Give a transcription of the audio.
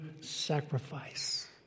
sacrifice